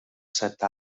set